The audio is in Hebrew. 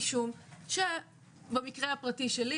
משום שבמקרה הפרטי שלי,